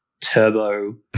turbo